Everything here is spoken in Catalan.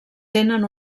tenen